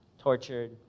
tortured